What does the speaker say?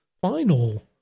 final